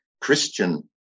Christian